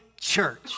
church